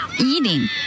eating